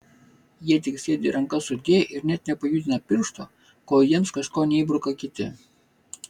jie tik sėdi rankas sudėję ir net nepajudina piršto kol jiems kažko neįbruka kiti